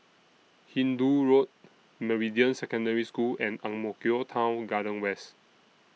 Hindoo Road Meridian Secondary School and Ang Mo Kio Town Garden West